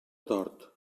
tort